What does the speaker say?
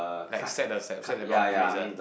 like set the set set the boundaries ah